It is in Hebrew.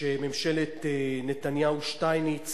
שממשלת נתניהו-שטייניץ